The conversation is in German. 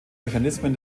mechanismen